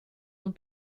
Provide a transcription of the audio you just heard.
dans